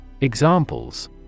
Examples